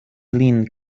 lin